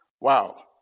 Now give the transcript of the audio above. Wow